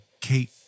Kate